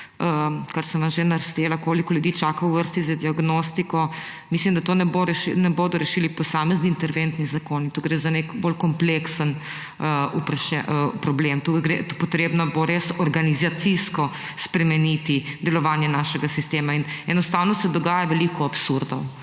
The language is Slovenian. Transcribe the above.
sem vam že, koliko ljudi čaka v vrsti za diagnostiko, absolutno mislim, da tega ne bodo rešili posamezni interventni zakoni, tu gre za bolj kompleksen problem, potrebno bo res organizacijsko spremeniti delovanje našega sistema. Enostavno se dogaja veliko absurdov.